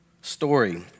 story